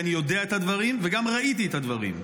כי אני יודע את הדברים וגם ראיתי את הדברים,